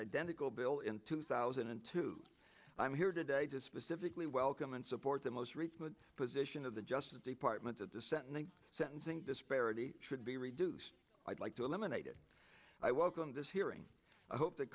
identical bill in two thousand and two i'm here today to specifically welcome and support the most recent position of the justice department that the sentencing sentencing disparity should be reduced i'd like to eliminate it i welcome this hearing i hope that